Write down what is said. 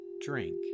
drink